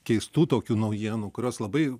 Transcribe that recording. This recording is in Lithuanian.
keistų tokių naujienų kurios labai